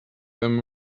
them